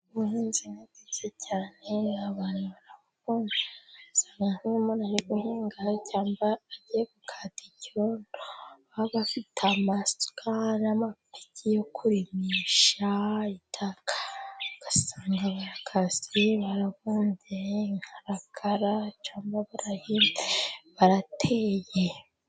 Ubuhinzi nitse cyane abantu baravuza nkumu uhingarashyamba ajye gukata icyo bafite amasukari n'amapiki yo kumishayi itagasanga abayakasiye baravannge nkakaracaamabarayi barateye.